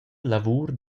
lavur